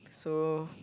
so